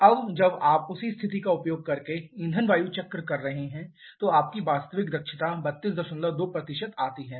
अब जब आप उसी स्थिति का उपयोग करके ईंधन वायु चक्र कर रहे हैं तो आपकी वास्तविक दक्षता 322 तक आ रही है